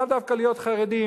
לאו דווקא להיות חרדים,